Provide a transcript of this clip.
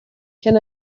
can